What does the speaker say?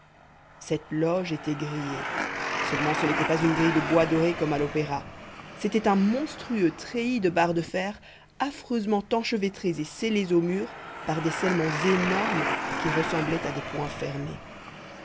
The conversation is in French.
cette loge était grillée seulement ce n'était pas une grille de bois doré comme à l'opéra c'était un monstrueux treillis de barres de fer affreusement enchevêtrées et scellées au mur par des scellements énormes qui ressemblaient à des poings fermés